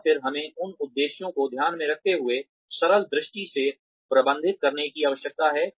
और फिर हमें उन उद्देश्यों को ध्यान में रखते हुए सरल दृष्टि से प्रबंधित करने की आवश्यकता है